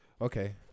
Okay